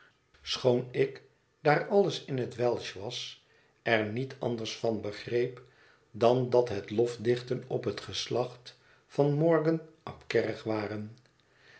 schoon ik daar alles in het waalsch was er niet anders van begreep dan dat het lofdichten op het geslacht van morgan ap kerrig waren